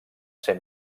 ser